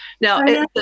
Now